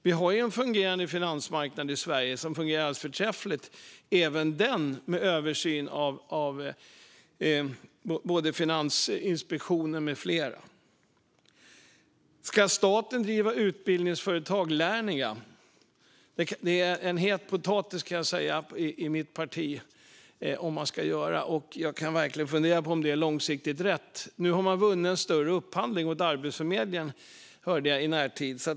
Vi har en finansmarknad i Sverige som fungerar alldeles förträffligt. Även den står under översyn av Finansinspektionen med flera. Ska staten driva utbildningsföretag som Lernia? Det är en het potatis i mitt parti om den ska göra det. Jag kan verkligen fundera på om det är långsiktigt rätt. Nu har det vunnit en större upphandling hos Arbetsförmedlingen, hörde jag i närtid.